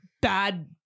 bad